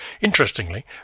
Interestingly